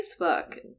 Facebook